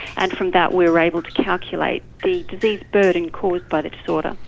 and from that we were able to calculate the disease burden caused by the disorder.